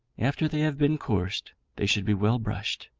after they have been coursed they should be well brushed,